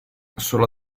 solo